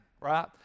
right